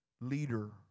leader